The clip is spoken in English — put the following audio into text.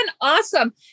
awesome